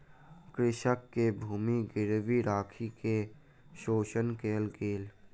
कृषक के भूमि गिरवी राइख के शोषण कयल गेल